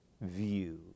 view